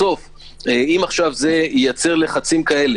בסוף אם זה ייצר לחצים כאלה,